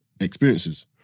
experiences